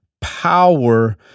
power